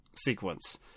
sequence